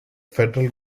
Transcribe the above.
federal